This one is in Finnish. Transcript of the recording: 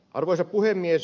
arvoisa puhemies